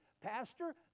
Pastor